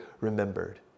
remembered